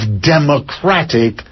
democratic